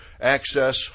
access